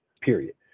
Period